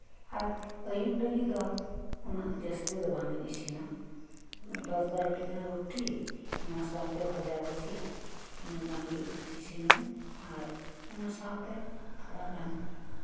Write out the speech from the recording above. ᱟᱨ ᱟᱹᱭᱩᱵ ᱞᱟᱹᱜᱤᱫ ᱫᱚ ᱩᱱᱟᱹᱜ ᱡᱟᱹᱥᱛᱤ ᱫᱚ ᱵᱟᱝᱤᱧ ᱤᱥᱤᱱᱟ ᱫᱚᱥ ᱵᱟᱨᱳᱴᱤᱜᱟᱱ ᱨᱩᱴᱤ ᱚᱱᱟ ᱥᱟᱶᱛᱮ ᱵᱷᱟᱡᱟ ᱵᱷᱩᱡᱤ ᱤᱱᱟᱹᱜ ᱜᱟᱱᱜᱤ ᱤᱥᱤᱱᱟᱹᱧ ᱟᱨ ᱚᱱᱟ ᱥᱟᱶᱛᱮ ᱛᱷᱚᱲᱟᱜᱟᱱ